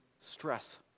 stress